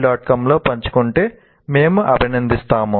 com లో పంచుకుంటే మేము అభినందిస్తాము